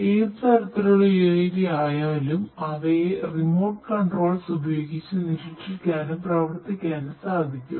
ഏതു തരത്തിലുള്ള UAV ആയാലും അവയെ റിമോട്ട് കൺട്രോൾസ് ഉപയോഗിച്ച് നിരീക്ഷിക്കാനും പ്രവർത്തിപ്പിക്കാനും സാധിക്കും